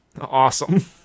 Awesome